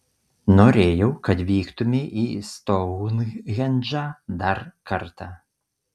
norėjau kad vyktumei į stounhendžą dar kartą